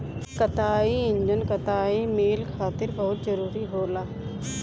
कताई इंजन कताई मिल खातिर बहुत जरूरी होला